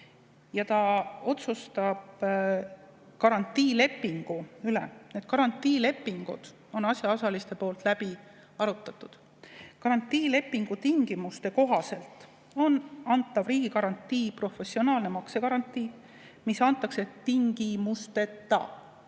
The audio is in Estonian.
Ta otsustab garantiilepingu üle. Garantiilepingud on asjaosalistel läbi arutatud. Garantiilepingu tingimuste kohaselt on antav riigigarantii professionaalne maksegarantii, mis antakse tingimusteta